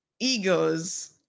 egos